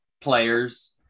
players